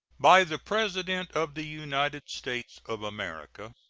by the president of the united states of america.